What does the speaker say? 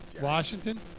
Washington